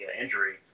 injury